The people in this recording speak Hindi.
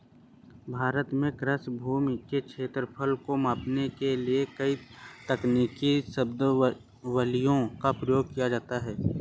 भारत में कृषि भूमि के क्षेत्रफल को मापने के लिए कई तकनीकी शब्दावलियों का प्रयोग किया जाता है